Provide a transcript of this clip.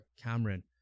Cameron